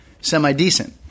semi-decent